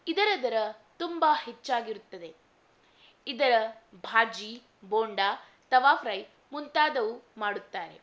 ಇದರ ದರ ತುಂಬ ಹೆಚ್ಚಾಗಿರುತ್ತದೆ ಇದರ ಭಾಜಿ ಬೋಂಡ ತವಾ ಫ್ರೈ ಮುಂತಾದವು ಮಾಡುತ್ತಾರೆ